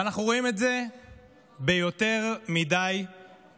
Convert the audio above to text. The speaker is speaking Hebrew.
ואנחנו רואים את זה יותר מדי פעמים.